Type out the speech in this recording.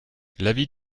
l’avis